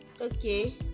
Okay